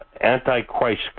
anti-Christ